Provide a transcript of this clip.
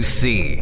see